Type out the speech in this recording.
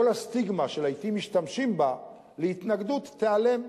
כל הסטיגמה, שלעתים משתמשים בה להתנגדות, תיעלם.